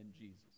Jesus